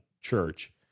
church